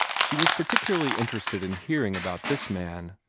she was particularly interested in hearing about this man.